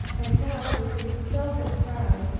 and now, with an exultant cry,